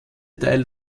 teil